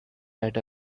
right